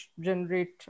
generate